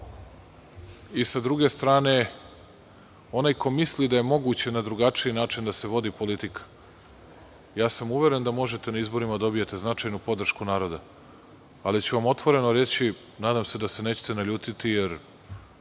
druge strane, onaj ko misli da je moguće na drugačiji način da se vodi politika, uveren sam da na izborima možete da dobijete značajnu podršku naroda, ali ću vam otvoreno reći, nadam se da se nećete naljutiti, jer